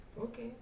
Okay